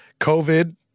covid